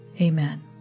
Amen